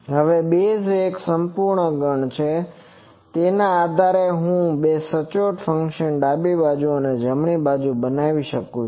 હવે બેઝ એ એક સંપૂર્ણ ગણ છે કે તેના આધારે હું બે સચોટ ફંક્શન ડાબી બાજુ અને જમણી બાજુ બનાવી શકું છું